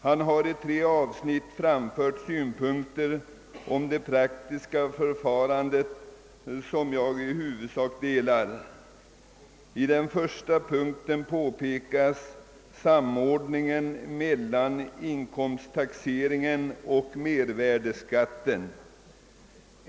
Han har i tre avsnitt framfört synpunkter på det praktiska förfarandet, vilka jag i huvudsak delar. I ett av dessa behandlas samordningen mellan inkomsttaxeringen och mervärdeskatten.